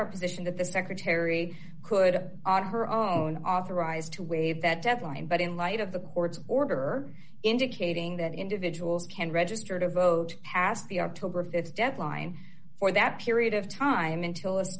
our position that the secretary could have on her own authorized to waive that deadline but in light of the court's order indicating that individuals can register to vote past the october of its deadline for that period of time until this